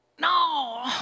No